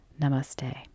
Namaste